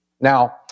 Now